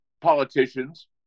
politicians